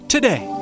Today